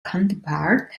counterpart